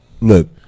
look